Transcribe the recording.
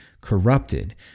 corrupted